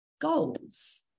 goals